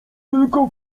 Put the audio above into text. tylko